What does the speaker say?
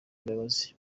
imbabazi